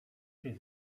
czy